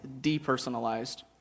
depersonalized